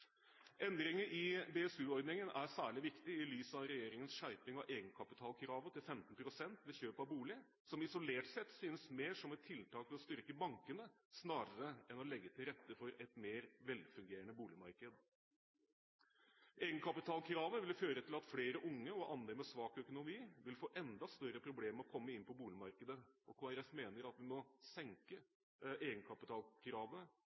Endringer i BSU-ordningen er særlig viktig i lys av regjeringens skjerping av egenkapitalkravet til 15 pst. ved kjøp av bolig, som isolert sett synes mer som et tiltak for å styrke bankene, snarere enn å legge til rette for et mer velfungerende boligmarked. Egenkapitalkravet vil føre til at flere unge og andre med svak økonomi vil få enda større problemer med å komme inn på boligmarkedet, og Kristelig Folkeparti mener at vi må